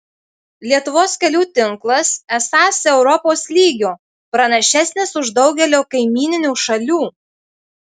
lietuvos kelių tinklas esąs europos lygio pranašesnis už daugelio kaimyninių šalių